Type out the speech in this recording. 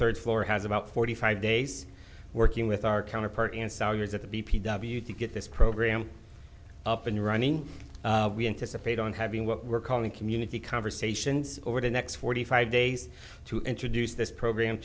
third floor has about forty five days working with our counterparts and salaries at the b p w to get this program up and running we anticipate on having what we're calling community conversations over the next forty five days to introduce this program